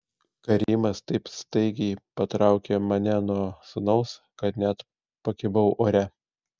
karimas taip staigiai patraukė mane nuo sūnaus kad net pakibau ore